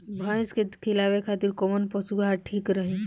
भैंस के खिलावे खातिर कोवन पशु आहार ठीक रही?